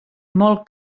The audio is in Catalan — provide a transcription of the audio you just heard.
molt